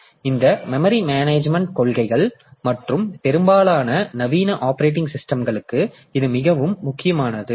எனவே இந்த memory management கொள்கைகள் மற்றும் பெரும்பாலான நவீன ஆப்பரேட்டிங் சிஸ்டம்களுக்கு இது மிகவும் முக்கியமானது